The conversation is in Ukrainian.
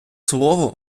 слово